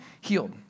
healed